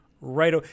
right